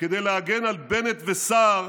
כדי להגן על בנט וסער,